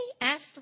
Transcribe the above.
asked